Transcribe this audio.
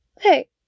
Hey